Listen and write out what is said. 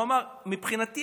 הוא אמר: מבחינתי,